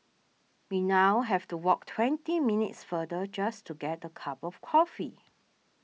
we now have to walk twenty minutes farther just to get a cup of coffee